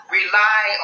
rely